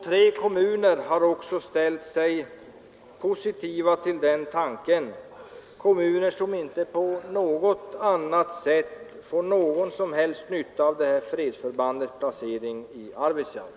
Tre kommuner har ställt sig positiva till tanken, kommuner som inte på något annat sätt får någon som helst nytta av det här fredsförbandets placering i Arvidsjaur.